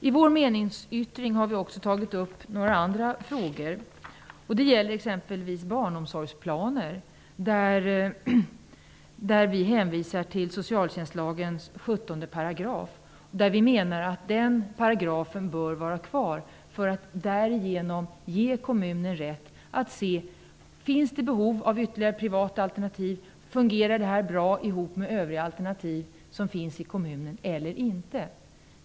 I vår meningsyttring har vi också tagit upp några andra frågor, exempelvis barnomsorgsplaner. Vi hänvisar i det sammanhanget till 17 § socialtjänstlagen, som vi menar bör vara kvar för att kommunerna därigenom skall få rätt att undersöka om det finns behov av ytterligare privata alternativ och om dessa fungerar bra ihop med övriga former av barnomsorg som finns i kommunen.